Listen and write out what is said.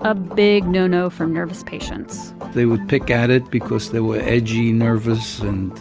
a big no-no for nervous patients they would pick at it because they were edgy, nervous and